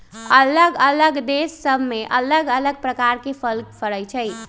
अल्लग अल्लग देश सभ में अल्लग अल्लग प्रकार के फल फरइ छइ